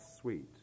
sweet